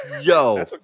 Yo